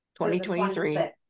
2023